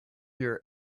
your